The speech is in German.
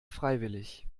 freiwillig